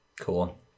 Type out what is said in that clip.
Cool